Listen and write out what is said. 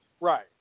right